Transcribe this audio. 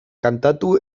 kantatu